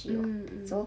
mm mm